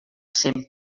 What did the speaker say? sent